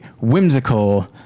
whimsical